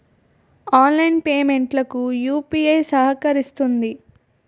online payment లకు UPI సహకరిస్తుంది